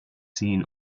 seen